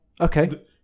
Okay